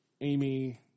amy